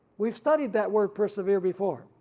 we've studied that word persevere before